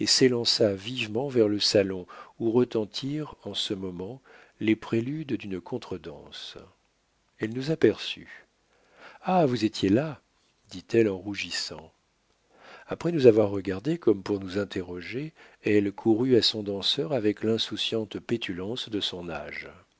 s'élança vivement vers le salon où retentirent en ce moment les préludes d'une contredanse elle nous aperçut ah vous étiez là dit-elle en rougissant après nous avoir regardés comme pour nous interroger elle courut à son danseur avec l'insouciante pétulance de son âge